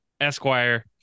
Esquire